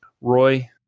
Roy